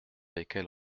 lesquels